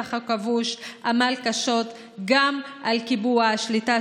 בשטח הכבוש עמל קשות גם על קיבוע שליטה